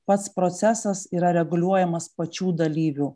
pats procesas yra reguliuojamas pačių dalyvių